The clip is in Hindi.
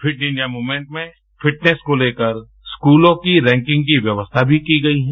फिट इंडिया मूवमेंट में फिटनेस को लेकर स्कूलों की रैंकिंग की व्यवस्था भी की गई हैं